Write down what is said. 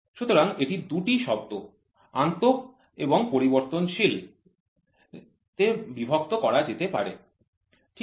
সুতরাং এটি ২ টি শব্দ আন্ত এবং পরিবর্তনশীলতা তে বিভক্ত করা যেতে পারে ঠিক আছে